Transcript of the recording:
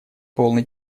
полный